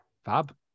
fab